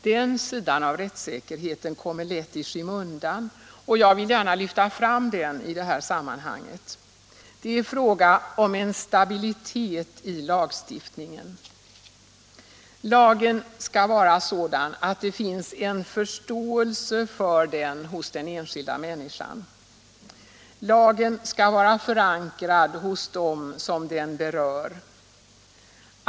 Den sidan av rättssäkerheten kommer lätt i skymundan, och jag vill gärna lyfta fram den i det här sammanhanget. Det är fråga om en stabilitet i lagstiftningen. Lagen skall vara sådan att det finns en förståelse för den hos den enskilda människan. Lagen skall vara förankrad hos dem som den berör.